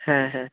হ্যাঁ হ্যাঁ